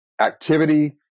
activity